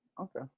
Okay